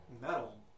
metal